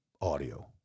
audio